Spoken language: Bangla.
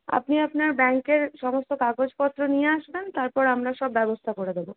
আপনি আপনার ব্যাংকের সমস্ত কাগজপত্র নিয়ে আসবেন তারপর আমরা সব ব্যবস্থা করে দেব